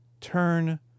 turn